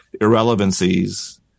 irrelevancies